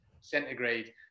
centigrade